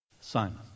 Simon